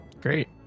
Great